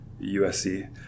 USC